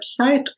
website